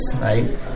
right